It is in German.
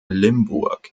limburg